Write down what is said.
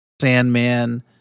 Sandman